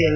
L